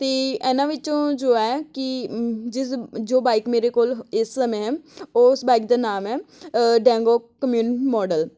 ਅਤੇ ਇਹਨਾਂ ਵਿੱਚੋਂ ਜੋ ਹੈ ਕਿ ਜਿਸ ਜੋ ਬਾਈਕ ਮੇਰੇ ਕੋਲ ਇਸ ਸਮੇਂ ਹੈ ਉਸ ਬਾਈਕ ਦਾ ਨਾਮ ਹੈ ਡੈਂਗੋ ਕਮਿਊਨਿਟ ਮੋਡਲ